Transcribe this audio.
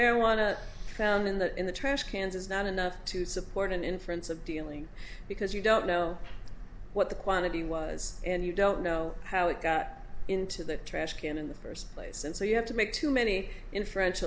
marijuana found in that in the trash cans is not enough to support an inference of dealing because you don't know what the quantity was and you don't know how it got into the trash can in the first place and so you have to make too many inferen